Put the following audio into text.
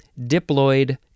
diploid